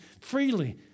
freely